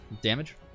Damage